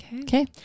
Okay